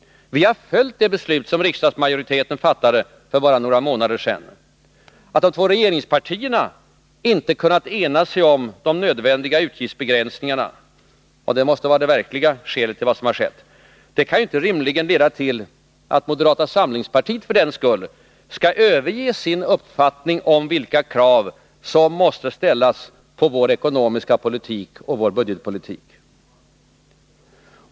Vi har följt det beslut som riksdagsmajoriteten fattade för bara några månader sedan. Att de två regeringspartierna inte kunnat ena sig om de nödvändiga utgiftsbegränsningarna — och detta måste vara det verkliga skälet till vad som har skett — kan ju rimligen inte leda till att moderata samlingspartiet för den skull skall överge sin uppfattning om vilka krav som måste ställas på vår ekonomiska politik och vår budgetpolitik.